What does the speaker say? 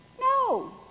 No